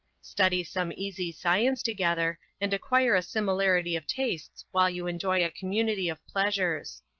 study some easy science together, and acquire a similarity of tastes while you enjoy a community of pleasures.